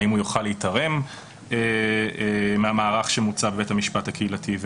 האם הוא יוכל להיתרם מהמהלך שמוצע בבית המשפט הקהילתי.